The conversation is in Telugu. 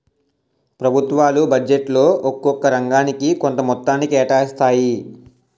ప్రభుత్వాలు బడ్జెట్లో ఒక్కొక్క రంగానికి కొంత మొత్తాన్ని కేటాయిస్తాయి